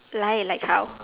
lie like how